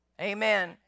Amen